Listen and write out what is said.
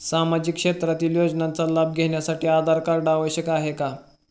सामाजिक क्षेत्रातील योजनांचा लाभ घेण्यासाठी आधार कार्ड आवश्यक आहे का?